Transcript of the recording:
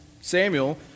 Samuel